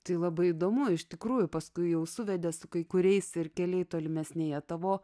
tai labai įdomu iš tikrųjų paskui jau suvedė su kai kuriais ir keliai tolimesnėje tavo